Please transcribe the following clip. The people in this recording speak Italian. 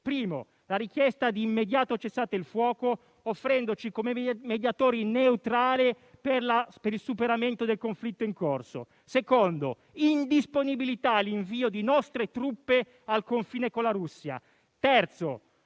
luogo la richiesta di immediato cessate il fuoco, offrendoci come mediatori neutrali per il superamento del conflitto in corso; in secondo luogo l'indisponibilità all'invio di nostre truppe al confine con la Russia; in terzo